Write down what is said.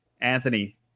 Anthony